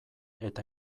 eta